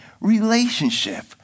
relationship